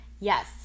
yes